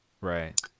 Right